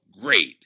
Great